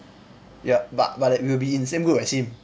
ya but but then we'll be in the same group as him